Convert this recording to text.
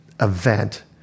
event